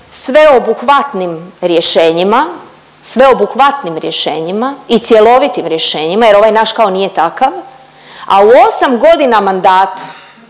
sveobuhvatnim rješenjima, sveobuhvatnim rješenjima i cjelovitim rješenjima, jer ovaj naš kao nije takav, a u 8 godina mandata